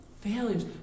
failures